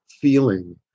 feeling